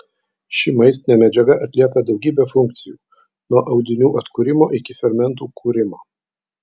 ši maistinė medžiaga atlieka daugybę funkcijų nuo audinių atkūrimo iki fermentų kūrimo